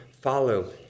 follow